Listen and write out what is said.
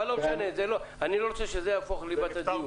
אבל לא משנה, אני לא רוצה שזה יהפוך לליבת הדיון.